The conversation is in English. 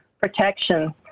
protection